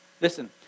Listen